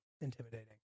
intimidating